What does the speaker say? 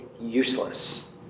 useless